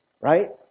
right